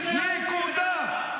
נקודה.